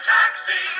Taxi